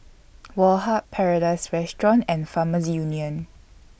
Woh Hup Paradise Restaurant and Farmers Union